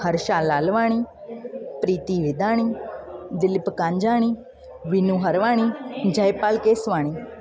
Harsha Lalwani Priti Vidani Dilip Kanjhani Vinu Harwani Jaipal Keswani